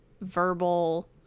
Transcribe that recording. verbal